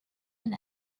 and